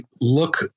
look